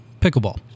pickleball